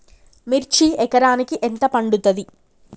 మిర్చి ఎకరానికి ఎంత పండుతది?